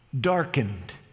darkened